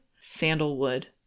sandalwood